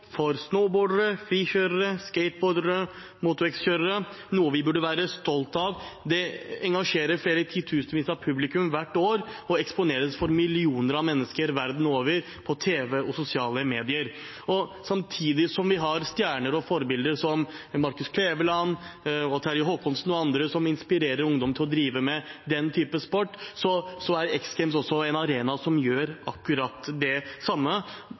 for snowboardere, frikjørere, skateboardere, Moto X-kjørere – noe vi burde være stolte av. Det engasjerer flere titusenvis av publikummere hvert år og eksponeres for millioner av mennesker verdenen over på tv og i sosiale medier. Samtidig som vi har stjerner og forbilder som Marcus Kleveland, Terje Håkonsen og andre som inspirerer ungdom til å drive med den typen sport, er X Games en arena som gjør akkurat det samme.